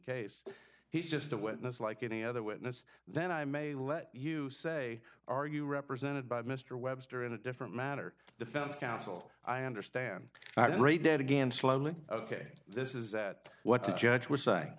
case he's just a witness like any other witness then i may let you say are you represented by mr webster in a different matter defense counsel i understand i read it again slowly ok this is that what the judge was saying